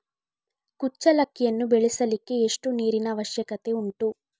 ಕುಚ್ಚಲಕ್ಕಿಯನ್ನು ಬೆಳೆಸಲಿಕ್ಕೆ ಎಷ್ಟು ನೀರಿನ ಅವಶ್ಯಕತೆ ಉಂಟು?